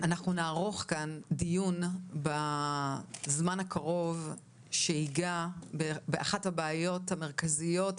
אנחנו נערוך כאן דיון בזמן הקרוב שייגע באחת הבעיות המרכזיות,